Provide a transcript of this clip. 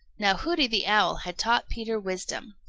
now hooty the owl had taught peter wisdom.